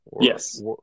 Yes